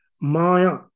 Maya